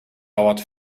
dauert